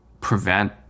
prevent